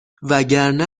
وگرنه